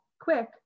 quick